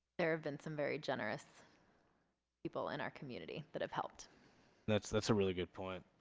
there have been some very generous people in our community that have helped that's that's a really good point,